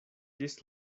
ĝis